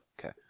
Okay